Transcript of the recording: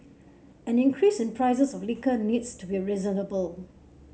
any increase in prices of liquor needs to be reasonable